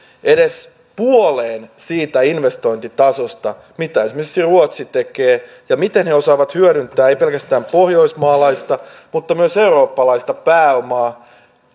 edes puoleen siitä investointien tasosta mitä esimerkiksi ruotsi tekee ja miten he osaavat hyödyntää ei pelkästään pohjoismaalaista mutta myös eurooppalaista pääomaa